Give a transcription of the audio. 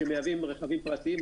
שמייבאים רכבים פרטיים,